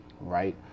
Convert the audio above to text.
right